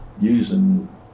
using